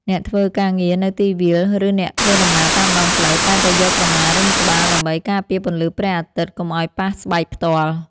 អ្នកធ្វើការងារនៅទីវាលឬអ្នកធ្វើដំណើរតាមដងផ្លូវតែងតែយកក្រមារុំក្បាលដើម្បីការពារពន្លឺព្រះអាទិត្យកុំឱ្យប៉ះស្បែកផ្ទាល់។